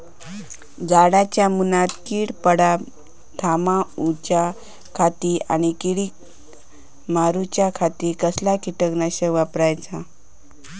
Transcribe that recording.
झाडांच्या मूनात कीड पडाप थामाउच्या खाती आणि किडीक मारूच्याखाती कसला किटकनाशक वापराचा?